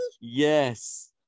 Yes